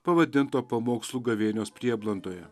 pavadinto pamokslų gavėnios prieblandoje